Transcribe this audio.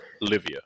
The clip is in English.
Livia